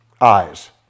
eyes